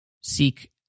seek